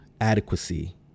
adequacy